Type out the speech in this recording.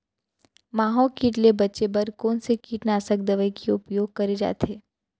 माहो किट ले बचे बर कोन से कीटनाशक दवई के उपयोग करे जाथे?